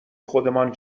خودمان